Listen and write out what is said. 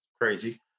crazy